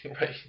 Right